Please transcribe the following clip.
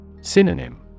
Synonym